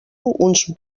uns